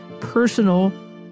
personal